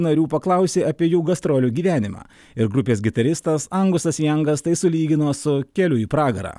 narių paklausė apie jų gastrolių gyvenimą ir grupės gitaristas angusas jangas tai sulygino su keliu į pragarą